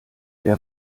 wer